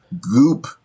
goop